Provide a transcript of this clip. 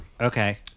Okay